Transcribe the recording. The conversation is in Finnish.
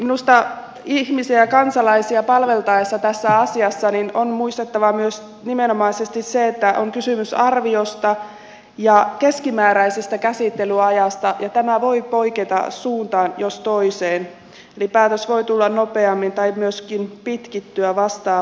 minusta ihmisiä ja kansalaisia palveltaessa tässä asiassa on muistettava nimenomaisesti se että on kysymys arviosta ja keskimääräisestä käsittelyajasta ja tämä voi poiketa suuntaan jos toiseen eli päätös voi tulla nopeammin tai myöskin pitkittyä vastaavasti